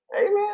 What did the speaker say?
Amen